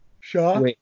Shaw